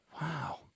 Wow